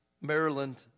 Maryland